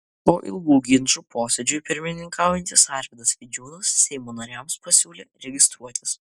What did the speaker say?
po ilgų ginčų posėdžiui pirmininkaujantis arvydas vidžiūnas seimo nariams pasiūlė registruotis